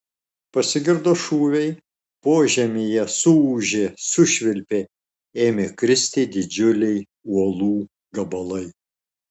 pasigirdo šūviai požemyje suūžė sušvilpė ėmė kristi didžiuliai uolų gabalai